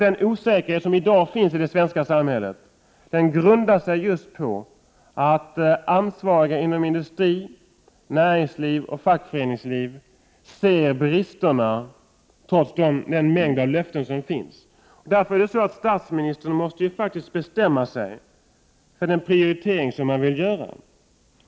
Den osäkerhet som i dag finns i det svenska samhället grundar sig på att ansvariga inom industri, näringsliv och fackföreningsliv ser bristerna trots den mängd av löften som givits. Därför måste statsministern faktiskt bestämma sig för den prioritering som han vill göra.